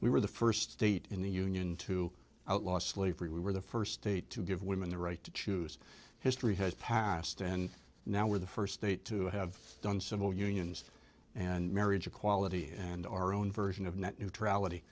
we were the first state in the union to outlaw slavery we were the first state to give women the right to choose history has passed and now we're the first state to have done civil unions and marriage equality and our own version of net